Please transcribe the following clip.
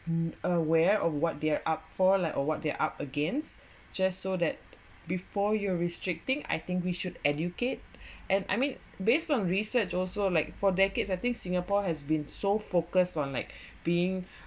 mm aware of what they're up for like or what they're up against just so that before you're restricting I think we should educate and I mean based on research also like for decades I think singapore has been so focus on like being